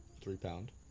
three-pound